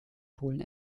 polen